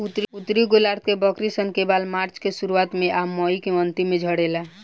उत्तरी गोलार्ध के बकरी सन के बाल मार्च के शुरुआत में आ मई के अन्तिम में झड़ेला